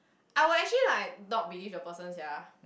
I would actually like not believe the person sia